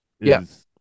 yes